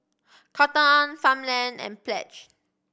Cotton On Farmland and Pledge